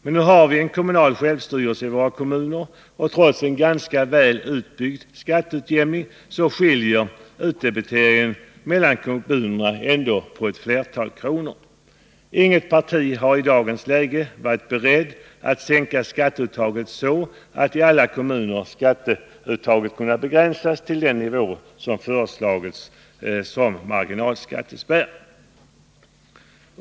Men nu har vi en kommunal självstyrelse, och trots en ganska väl utbyggd skatteutjämning skiljer det ändå flera kronor i utdebitering olika kommuner emellan. Inget parti har i dagens läge varit berett att sänka skatteuttaget så att det i alla kommuner kunnat begränsas till den nivå som föreslagits som marginalskattespärr.